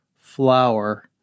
flower